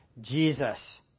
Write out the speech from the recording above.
Jesus